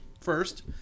first